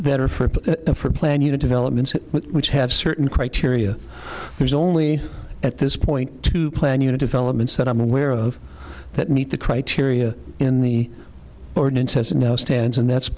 that are for for plan new developments which have certain criteria there's only at this point to plan your developments that i'm aware of that meet the criteria in the ordinance as it now stands and that's